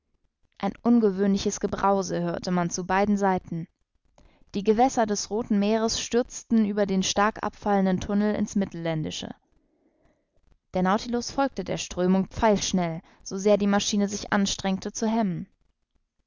ein ungewöhnliches gebrause hörte man zu beiden seiten die gewässer des rothen meeres stürzten über den stark abfallenden tunnel in's mittelländische der nautilus folgte der strömung pfeilschnell so sehr die maschine sich anstrengte zu hemmen